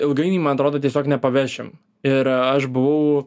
ilgainiui man atrodo tiesiog nepavešim ir aš buvau